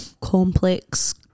complex